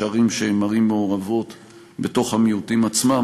יש ערים שהן ערים מעורבות בתוך המיעוטים עצמם,